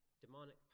demonic